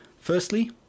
Firstly